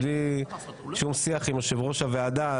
בלי שום שיח עם יושב-ראש הועדה,